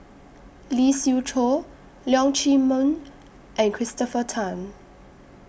Lee Siew Choh Leong Chee Mun and Christopher Tan